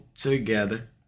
Together